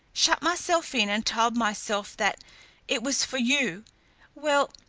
shut myself in and told myself that it was for you well,